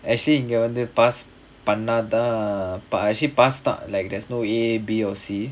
actually இங்க வந்து:inga vanthu pass பண்ணாதான்:pannaathaan but actually pass தான்:thaan there's A B or C